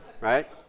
right